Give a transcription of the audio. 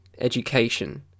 education